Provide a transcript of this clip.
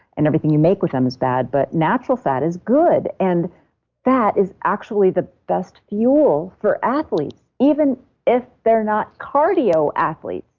and everything you make with them is bad, but natural fat is good. and that is actually the best fuel for athletes even if they're not cardio athletes,